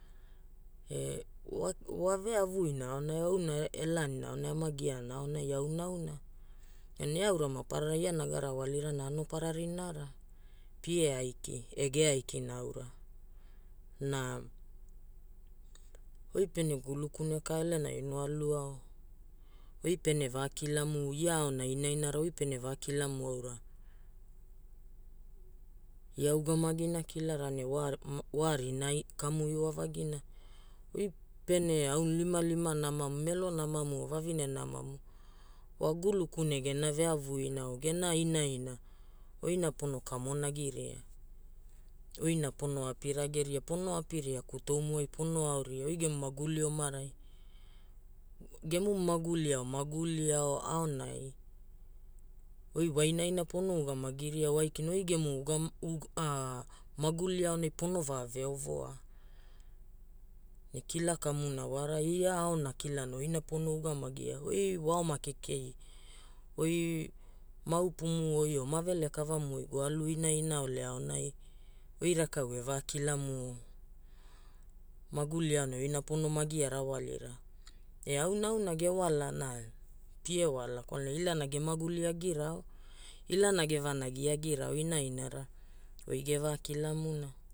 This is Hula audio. E waveavu ina aonai auna elaani aonai ama giaana aonai auna aunaa. Eaura maparara iana garawalirana aura anopara rinaara, pie aiki e geaikina aura. Na, oi pene gulukune ka epinai ono alu ao oi pene vaakilamu ia aona inainara oi pene vaa kilamu aura, ia ugamigina kilara wa rina kamu iwavagina. Oi jpene aulimalimamu namamu melo namamu, vavine naamamu, wa gulukune gena veali ina or gena inaina, oina pono kamonagiria. Oina pono api rageria, oina pono apiria kutoumuai pono aoria, oi gem maguli omarai. Gemu maguliao maguli ao aonai oi wa inaina pono ugamagiaria oo aikina maguli aonai pono vaa veonnoa. Ne kila kamuna wara ia aona kilara oina pono ugamagia, oi waoma kekei oi maaupumu oi, pa ma velekavamu oi goalu inaina ole aonai, oi rakau gevaa kilamuo maguli aorai oina pono gia rawalira. Ee auna auna gewalana, pie wala kwalana ilana gemaguli agirao. ilana gevanagirao gevaklamuna.